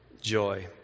joy